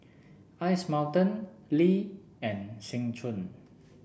Ice Mountain Lee and Seng Choon